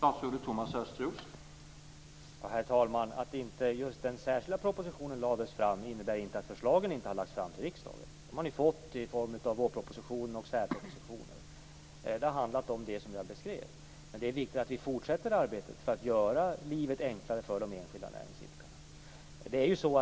Herr talman! Att just den särskilda propositionen inte lades fram innebär inte att förslagen inte har lagts fram till riksdagen. Dem har ni fått i form av vårproposition och särpropositioner. De har handlat om det som jag beskrev. Det är dock viktigt att vi fortsätter arbetet för att göra livet enklare för de enskilda näringsidkarna.